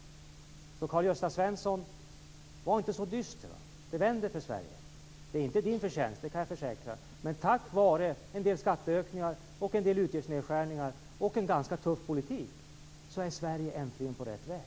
Var därför inte så dyster, Karl-Gösta Svenson! Det vänder för Sverige. Det är inte Karl-Gösta Svensons förtjänst, det kan jag försäkra, men tack vare en del skatteökningar, en del utgiftsnedskärningar och en ganska tuff politik är Sverige nu äntligen på rätt väg.